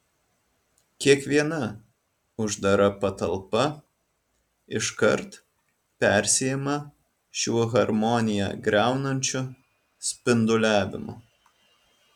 kiekviena uždara patalpa iškart persiima šiuo harmoniją griaunančiu spinduliavimu